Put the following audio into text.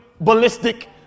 ballistic